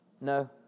No